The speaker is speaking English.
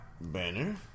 Banner